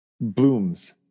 blooms